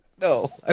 No